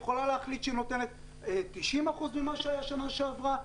היא יכולה להחליט שהיא נותנת 90% ממה שהיה בשנה שעברה,